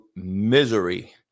misery